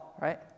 right